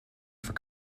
for